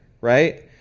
right